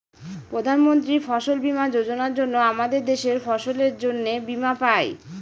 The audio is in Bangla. প্রধান মন্ত্রী ফসল বীমা যোজনার জন্য আমাদের দেশের ফসলের জন্যে বীমা পাই